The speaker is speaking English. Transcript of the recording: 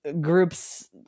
groups